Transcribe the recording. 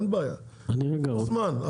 אין בעיה, יש זמן.